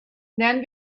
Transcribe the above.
then